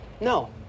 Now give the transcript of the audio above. No